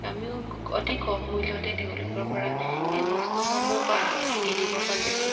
আমিও অতি কম মূল্যতে তেওঁলোকৰ পৰা এই বস্তুসমূহ কিনিব পাৰিছোঁ